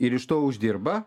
ir iš to uždirba